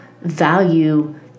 value